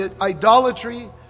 idolatry